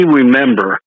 remember